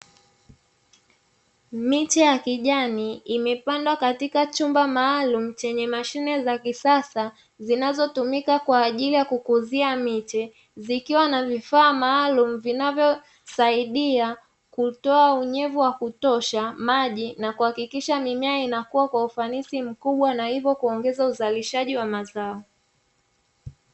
Miche ya kijani imepandwa kwenye chumba maalum chenye mashine za kisasa zinazo tumika kwa ajili ya kukuzia miche, zikiwa na vifaa maalumu vinavyosaidia kutoa unyevu wa kutosha, maji na kuhakikisha mimea inakua kwa ufanisi mkubwa na kuongeza uzalishaji wa mazao.